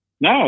No